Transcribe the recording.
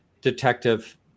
detective